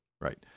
right